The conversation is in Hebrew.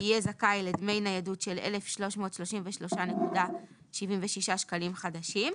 יהיה זכאי לדמי ניידות של 1,333.76 שקלים חדשים,